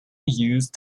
used